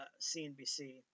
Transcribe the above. CNBC